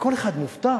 וכל אחד מופתע,